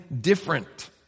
different